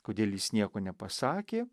kodėl jis nieko nepasakė